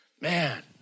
Man